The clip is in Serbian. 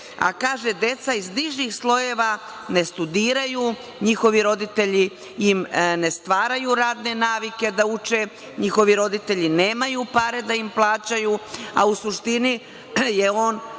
a kaže – deca iz nižih slojeva ne studiraju, njihovi roditelji im ne stvaraju radne navike da uče, njihovi roditelji nemaju pare da im plaćaju, a u suštini je on